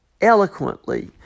eloquently